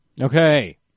Okay